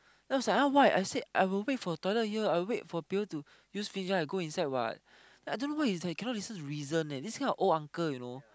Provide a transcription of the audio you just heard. then I was like !huh! why I said I will wait for the toilet here I will wait for people to use finish then I go inside what I don't know why he's like cannot listen to reason leh this kind of old uncle you know